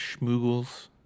schmoogle's